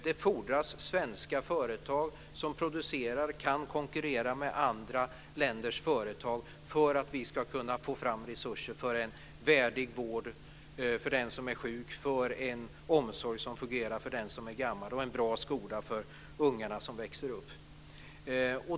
Det fordras svenska företag som producerar och kan konkurrera med andra länders företag för att vi ska kunna få fram resurser för en värdig vård för den som är sjuk, för en omsorg som fungerar för den som är gammal och en bra skola för ungar som växer upp.